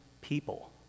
people